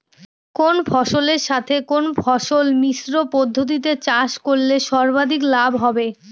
কোন ফসলের সাথে কোন ফসল মিশ্র পদ্ধতিতে চাষ করলে সর্বাধিক লাভ হবে?